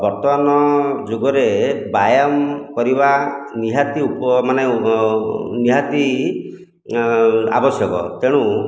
ବର୍ତ୍ତମାନ ଯୁଗରେ ବ୍ୟାୟାମ କରିବା ନିହାତି ମାନେ ନିହାତି ଆବଶ୍ୟକ ତେଣୁ